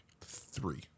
three